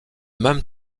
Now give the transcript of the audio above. même